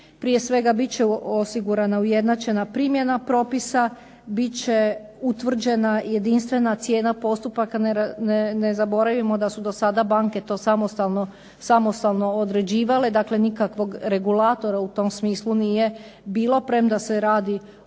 prije svega bit će osigurana ujednačena primjena propisa, bit će utvrđena jedinstvena cijena postupaka, ne zaboravimo da su do sada banke to samostalno određivale, dakle nikakvog regulatora u tom smislu nije bilo, premda se radi o javnoj,